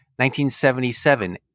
1977